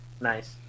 Nice